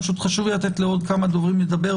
חשוב לי לתת לעוד כמה דוברים לדבר,